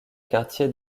quartiers